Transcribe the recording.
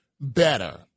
better